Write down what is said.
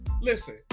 listen